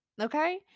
Okay